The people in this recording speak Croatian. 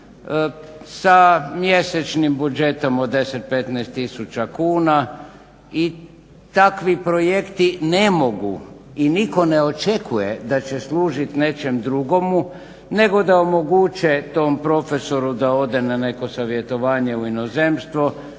Sa mjesečnim budžetom od 10, 15 tisuća kuna i takvi projekti ne mogu i niko ne očekuje da će služit nečemu drugomu, nego da omoguće tom profesoru da ode na neko savjetovanje u inozemstvo,